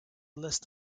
list